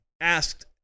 asked